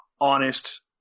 honest